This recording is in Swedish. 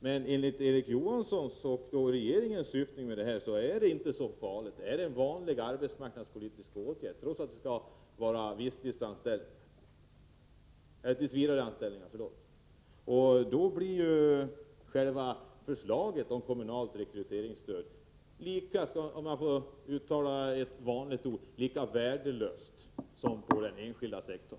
Men enligt Erik Johansson är regeringens syfte inte så märkvärdigt, utan det är fråga om en vanlig arbetsmarknadspolitisk åtgärd — trots att det här gäller tillsvidareanställningar. Då blir förslaget till kommunalt rekryteringsstöd lika värdelöst som på den enskilda sektorn.